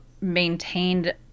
maintained